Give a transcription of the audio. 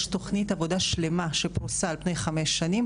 יש תוכנית עבודה שלמה שפרוסה על פני חמש שנים.